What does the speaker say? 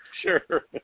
Sure